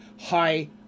high